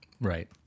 right